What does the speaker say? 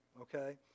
okay